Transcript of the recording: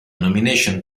nomination